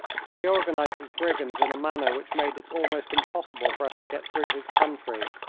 for he organised his brigands in a manner which made it almost impossible for us to get through his country.